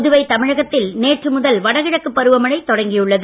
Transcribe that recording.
புதுவை தமிழகத்தில் நேற்று முதல் வடகிழக்கு பருவமழை தொடங்கியுள்ளது